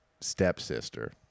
stepsister